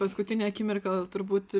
paskutinę akimirką turbūt